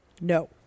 no